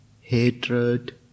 hatred